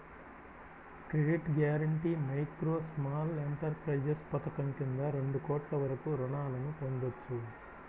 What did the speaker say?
credit guarantee micro, small enterprises పథకం కింద రెండు కోట్ల వరకు రుణాలను పొందొచ్చు